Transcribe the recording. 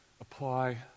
apply